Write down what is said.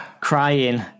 crying